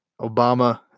Obama